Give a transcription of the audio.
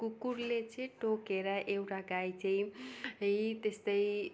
कुकुरले चाहिँ टोकेर एउटा गाई चाहिँ त्यस्तै